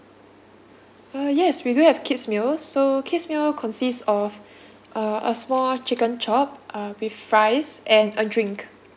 uh yes we do have kids meal so kids meal consist of uh a small chicken chop uh with fries and a drink